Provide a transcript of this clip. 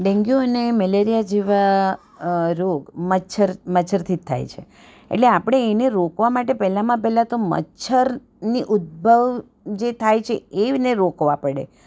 dengue અને malaria જેવા રોગ મચ્છર મચ્છરથી જ થાય છે એટલે આપણે એને રોકવા માટે પહેલામાં પહેલાં તો મચ્છરની ઉદ્ભવ જે થાય છે એને રોકવા પડે